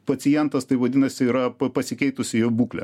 pacientas tai vadinasi yra p pasikeitusi jo būklė